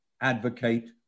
advocate